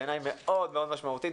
בעיניי מאוד מאוד משמעותית,